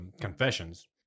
confessions